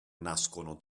nascono